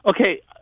Okay